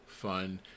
fun